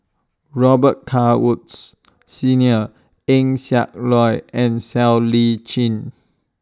Robet Carr Woods Senior Eng Siak Loy and Siow Lee Chin